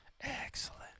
Excellent